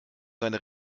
seine